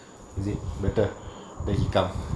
is it better there he come